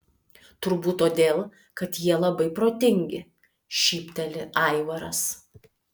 turbūt todėl kad jie labai protingi šypteli aivaras